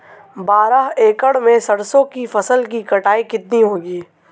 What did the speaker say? बारह एकड़ में सरसों की फसल की कटाई कितनी होगी?